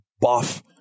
buff